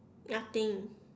nothing